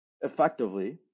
effectively